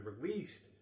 released